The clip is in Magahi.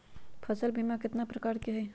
फसल बीमा कतना प्रकार के हई?